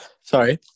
Sorry